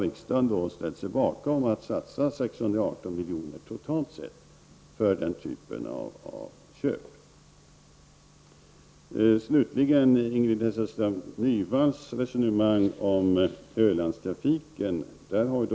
Riksdagen har ställt sig bakom att satsa 618 milj.kr. totalt sett på den typen av köp. Ingrid Hasselström Nyvall förde ett resonemang om Ölandstrafiken.